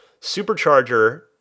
supercharger